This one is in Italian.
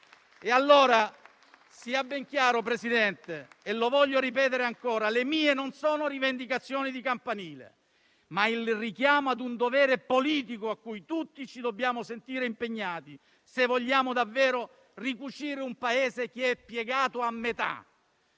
E allora, sia ben chiaro, Presidente - e lo voglio ripetere ancora -: le mie non sono rivendicazioni di campanile, ma il richiamo a un dovere politico a cui tutti ci dobbiamo sentire impegnati, se vogliamo davvero "ricucire" un Paese piegato a metà.